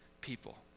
people